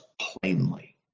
plainly